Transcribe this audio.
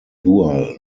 dual